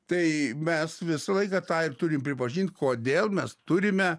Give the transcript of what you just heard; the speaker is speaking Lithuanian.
tai mes visą laiką tą ir turim pripažint kodėl mes turime